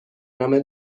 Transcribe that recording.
نام